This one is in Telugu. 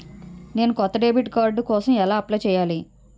నేను కొత్త డెబిట్ కార్డ్ కోసం ఎలా అప్లయ్ చేయాలి?